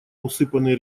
усыпанный